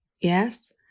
Yes